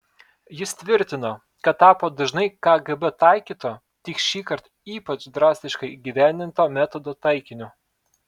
jis tvirtino kad tapo dažnai kgb taikyto tik šįkart ypač drastiškai įgyvendinto metodo taikiniu